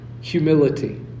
humility